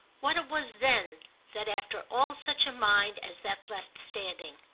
what it was then that after all such a mind as that left standing.